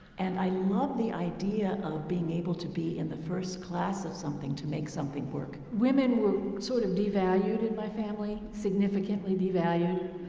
and i loved the idea of being able to be in the first class of something to make something work. women were sort of devalued in my family, significantly devalued.